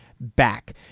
Back